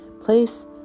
place